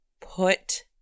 Put